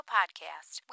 Podcast